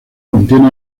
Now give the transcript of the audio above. contiene